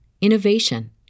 innovation